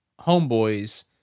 homeboys